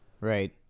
Right